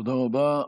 תודה רבה.